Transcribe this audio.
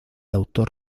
autor